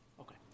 Okay